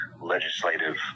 legislative